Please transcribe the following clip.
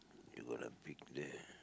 you got to pick there